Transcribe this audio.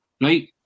right